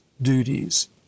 duties